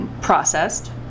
processed